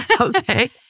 Okay